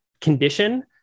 condition